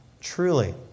Truly